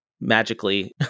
magically